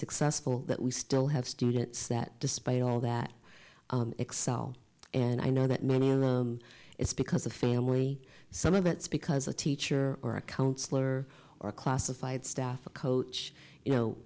successful that we still have students that despite all that excel and i know that many of them it's because of family some of it's because a teacher or a counsellor or classified staff a coach you know